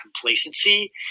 complacency